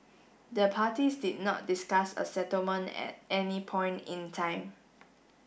the parties did not discuss a settlement at any point in time